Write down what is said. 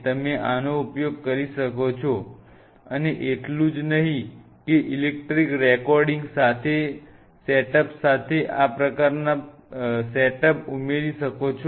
તમે આનો ઉપયોગ કરી શકો છો અને એટલું જ નહીં કે ઇલેક્ટ્રિકલ રેકોર્ડિંગ સેટઅપ સાથે આ પ્રકારના સેટઅપ ઉમેરી શકો છો